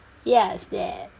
yes that